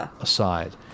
aside